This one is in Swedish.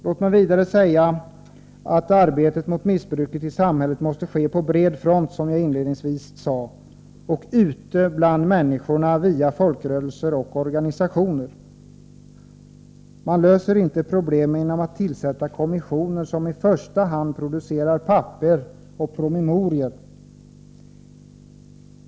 Låt mig vidare säga att arbetet mot missbruket i samhället måste ske på bred front, vilket jag inledningsvis nämnde, och det skall försiggå ute bland människorna — i folkrörelser och organisationer. Man löser inte problem genom att tillsätta kommissioner som i första hand producerar papper och promemorior.